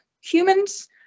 humans